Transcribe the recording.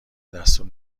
دستور